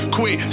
Quit